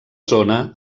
zona